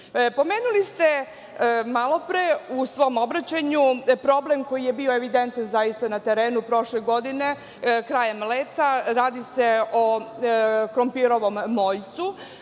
ste malopre, u svom obraćanju, problem koji je bio evidentan zaista na terenu prošle godine, krajem leta. Radi se o krompirovom moljcu.